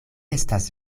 estas